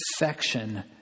affection